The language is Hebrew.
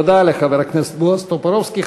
תודה לחבר הכנסת בועז טופורובסקי.